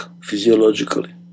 physiologically